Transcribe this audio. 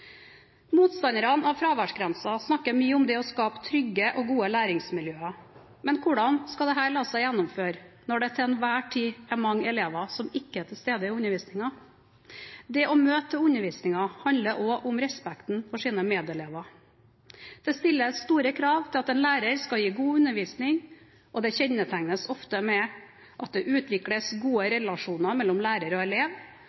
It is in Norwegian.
Motstanderne av fraværsgrensen snakker mye om det å skape trygge og gode læringsmiljøer. Men hvordan skal dette la seg gjennomføre når det til enhver tid er mange elever som ikke er til stede i undervisningen? Det å møte til undervisningen handler også om respekten for sine medelever. Det stilles store krav til at en lærer skal gi god undervisning, og det kjennetegnes ofte ved at det utvikles gode relasjoner mellom lærer og elev,